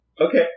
Okay